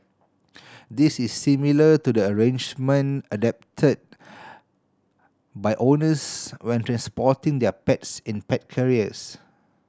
this is similar to the arrangement adopted by owners when transporting their pets in pet carriers